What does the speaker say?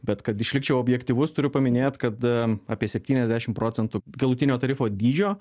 bet kad išlikčiau objektyvus turiu paminėt kad apie septyniasdešim procentų galutinio tarifo dydžio